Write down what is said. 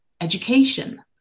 education